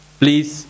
please